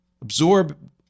absorb